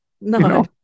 No